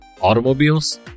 automobiles